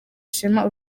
ishema